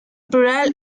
plural